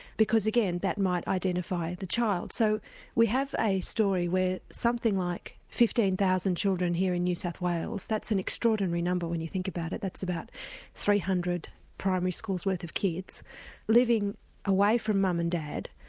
because again, that might identify the child. so we have a story where something like fifteen thousand children here in new south wales that's an extraordinary number when you think about it that's about three hundred primary schools worth of kids living away from mum and dad,